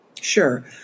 Sure